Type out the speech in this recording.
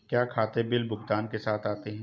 क्या खाते बिल भुगतान के साथ आते हैं?